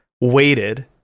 waited